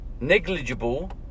Negligible